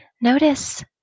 notice